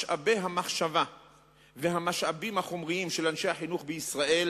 משאבי המחשבה והמשאבים החומריים של אנשי החינוך בישראל